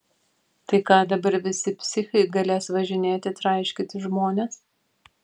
tai ką dabar visi psichai galės važinėti traiškyti žmones